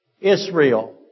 Israel